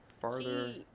Farther